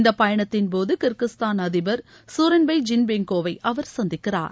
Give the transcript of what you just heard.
இந்த பயணத்தின் போது கிர்கிஸ்தான் அதிபர் ஞரன்பை ஜீன்பெக்கோவை அவர் சந்திக்கிறார்